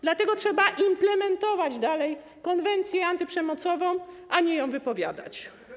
Dlatego trzeba implementować dalej konwencję antyprzemocową, a nie ją wypowiadać.